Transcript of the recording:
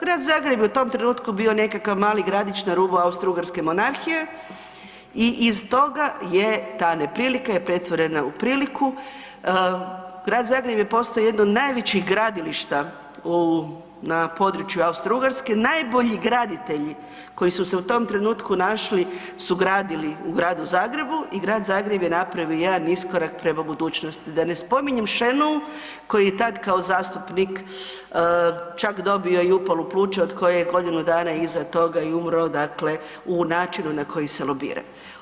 Grad Zagreb je u tom trenutku bio nekakav mali gradić na rubu Austro-Ugarske monarhije i iz toga je ta neprilika pretvorena u priliku, Grad Zagreb je postao jedan od najvećih gradilišta na području Austro-Ugarske, najbolji graditelji koji su se u tom trenutku našli su gradili u Gradu Zagrebu i Grad Zagreb je napravio jedan iskorak prema budućnosti, da ne spominjem Šenou koji je tada kao zastupnik čak dobio i upalu pluća od koje je godinu dana iza toga i umro, dakle u načinu na koji se lobira.